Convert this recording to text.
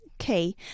Okay